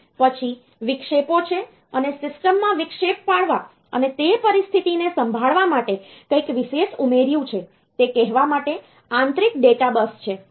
પછી વિક્ષેપો છે અને સિસ્ટમમાં વિક્ષેપ પાડવા અને તે પરિસ્થિતિને સંભાળવા માટે કંઈક વિશેષ ઉમેર્યું છે તે કહેવા માટે આંતરિક ડેટા બસ છે